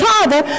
Father